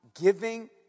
giving